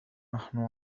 نحن